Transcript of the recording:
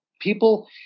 people